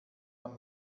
man